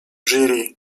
jury